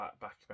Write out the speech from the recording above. back